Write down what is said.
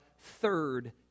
third